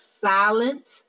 silent